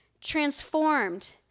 transformed